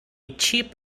cheap